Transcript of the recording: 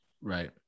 Right